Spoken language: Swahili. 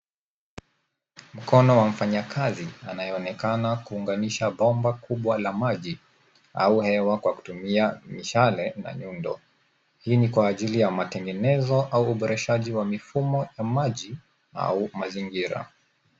Mkono wa mfanyikazi anayeonekana kuunganisha bomba kubwa la maji au hewa kwa kutumia mishale na nyundo. Hii ni kwa ajili ya matengenezo au uboreshaji wa mifumo ya maji au mazingira.